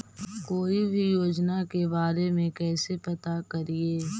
कोई भी योजना के बारे में कैसे पता करिए?